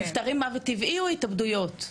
נפטרים מוות טבעי או התאבדויות?